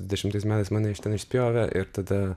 dvidešimtais metais mane iš ten išspjovė ir tada